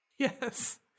Yes